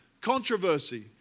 controversy